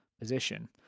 position